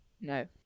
No